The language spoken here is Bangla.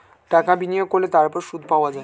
টাকা বিনিয়োগ করলে তার উপর সুদ পাওয়া যায়